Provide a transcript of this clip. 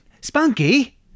Spunky